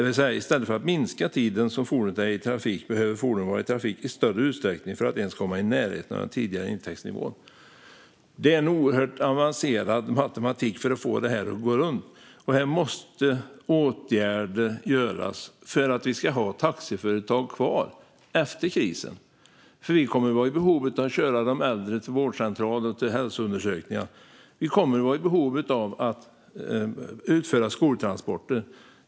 I stället för att minska den tid som fordonet är i trafik behöver fordonet vara i trafik i större utsträckning för att ens komma i närheten av den tidigare intäktsnivån. Det krävs oerhört avancerad matematik för att få detta att gå ihop. Här måste åtgärder göras för att vi ska ha kvar taxiföretag efter krisen. Vi kommer att vara i behov av att kunna köra de äldre till vårdcentralen och till hälsoundersökningar. Vi kommer att behöva utföra skoltransporter.